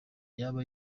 yaba